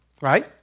Right